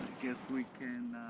we can